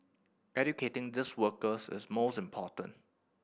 educating these workers is most important